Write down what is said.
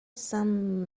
son